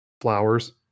flowers